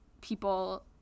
people